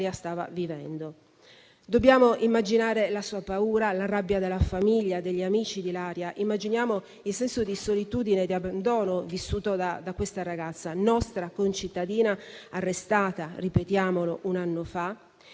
stava vivendo. Dobbiamo immaginare la sua paura e la rabbia della famiglia e degli amici di Ilaria. Immaginiamo il senso di solitudine e di abbandono vissuto da questa ragazza, nostra concittadina, arrestata - ripetiamolo - un anno fa,